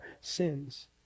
sins